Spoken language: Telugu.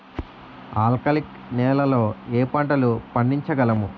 ఆల్కాలిక్ నెలలో ఏ పంటలు పండించగలము?